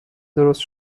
درست